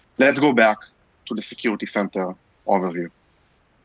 let's go back to the security center overview.